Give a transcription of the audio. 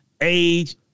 Age